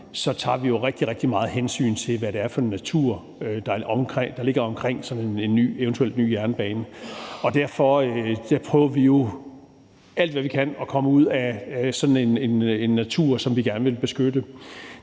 tager vi jo rigtig, rigtig meget hensyn til, hvad det er for en natur, der ligger omkring sådan en eventuel ny jernbane. Og der gør vi jo alt, hvad vi kan, for, at det ikke kommer til at ligge i sådan en natur, som vi gerne vil beskytte.